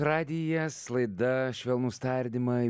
radijas laida švelnūs tardymai